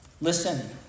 Listen